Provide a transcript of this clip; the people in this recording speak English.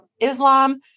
Islam